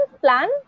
Plan